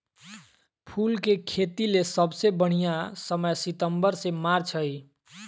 फूल के खेतीले सबसे बढ़िया समय सितंबर से मार्च हई